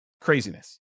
Craziness